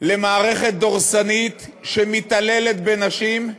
למערכת דורסנית שמתעללת בנשים.